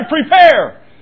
prepare